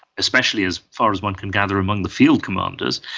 especially, as far as one can gather, among the field commanders.